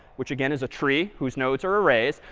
which again is a tree whose nodes are arrays.